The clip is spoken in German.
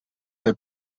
der